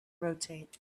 rotate